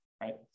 right